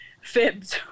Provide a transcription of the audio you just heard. fibs